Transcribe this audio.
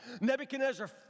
Nebuchadnezzar